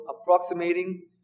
approximating